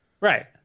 Right